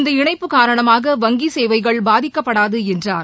இந்த இணைப்பு காரணமாக வங்கி சேவைகள் பாதிக்கப்படாது என்றார்